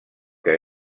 que